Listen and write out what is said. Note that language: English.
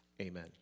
amen